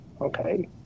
okay